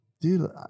Dude